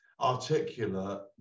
articulate